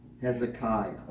Hezekiah